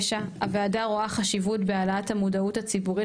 הוועדה רואה חשיבות בהעלאת המודעות הציבורית